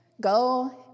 go